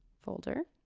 folder.